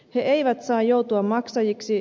he eivät saa joutua maksajiksi